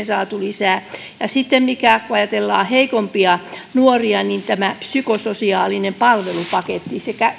saatu lisää ja sitten kun ajatellaan heikompia nuoria niin tämä psykososiaalinen palvelupaketti